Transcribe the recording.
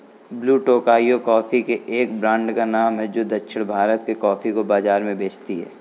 blue Tokai coffee के एक brand का नाम है जो दक्षिण भारत के कॉफी को बाजार में बेचती है